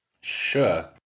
Sure